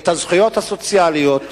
את הזכויות הסוציאליות,